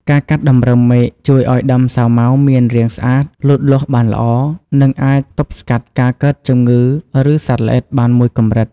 ការកាត់តម្រឹមមែកជួយឲ្យដើមសាវម៉ាវមានរាងស្អាត លូតលាស់បានល្អ និងអាចទប់ស្កាត់ការកើតជំងឺឬសត្វល្អិតបានមួយកម្រិត។